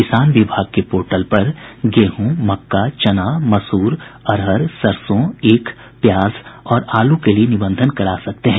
किसान विभाग के पोर्टल पर गेहूँ मक्का चना मसूर अरहर सरसों ईख प्याज और आलू के लिए निबंधन करा सकते हैं